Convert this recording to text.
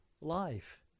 life